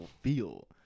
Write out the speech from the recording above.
feel